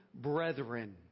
brethren